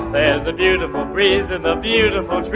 and the beautiful breeze in a beautiful